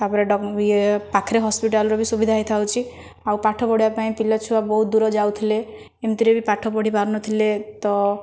ତା'ପରେ ଏ ପାଖରେ ହସ୍ପିଟାଲର ବି ସୁବିଧା ହୋଇଥାଉଛି ଆଉ ପାଠ ପଢ଼ିବା ପାଇଁ ପିଲା ଛୁଆ ବହୁତ ଦୂର ଯାଉଥିଲେ ଏମିତିରେ ବି ପାଠ ପଢ଼ିପାରୁନଥିଲେ ତ